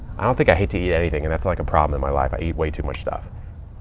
i don't think i hate to eat anything. and that's like a problem in my life. i eat way too much stuff.